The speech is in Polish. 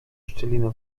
szczelinę